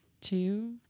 two